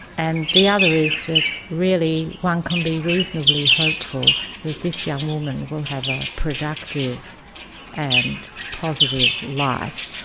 and the other is that really one can be reasonably hopeful that this young woman will have a productive and positive life,